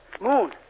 Moon